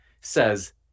says